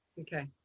okay